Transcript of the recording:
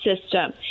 system